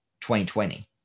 2020